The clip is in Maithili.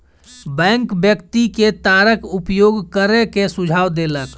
बैंक व्यक्ति के तारक उपयोग करै के सुझाव देलक